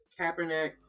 Kaepernick